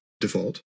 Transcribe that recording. default